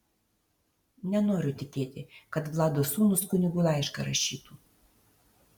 nenoriu tikėti kad vlado sūnūs kunigui laišką rašytų